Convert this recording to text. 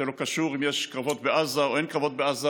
זה לא קשור אם יש קרבות בעזה או אין קרבות בעזה.